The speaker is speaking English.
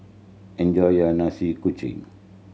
enjoy your Nasi Kuning